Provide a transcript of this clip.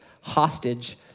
hostage